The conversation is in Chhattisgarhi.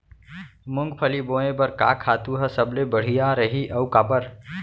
मूंगफली बोए बर का खातू ह सबले बढ़िया रही, अऊ काबर?